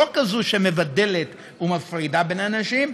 לא כזאת שמבדלת ומפרידה בין אנשים,